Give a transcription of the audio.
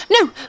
No